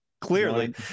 clearly